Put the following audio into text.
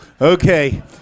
Okay